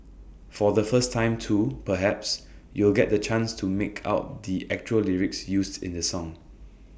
for the first time too perhaps you'll get the chance to make out the actual lyrics used in the song